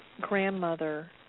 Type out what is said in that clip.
grandmother